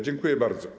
Dziękuję bardzo.